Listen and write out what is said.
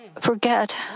forget